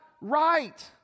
right